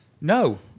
no